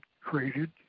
created